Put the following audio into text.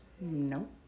no